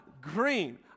green